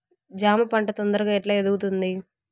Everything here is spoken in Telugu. జామ పంట తొందరగా ఎట్లా ఎదుగుతుంది?